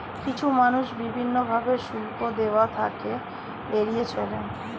কিছু মানুষ বিভিন্ন ভাবে শুল্ক দেওয়া থেকে এড়িয়ে চলে